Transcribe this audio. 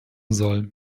soll